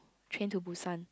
Train-to-Busan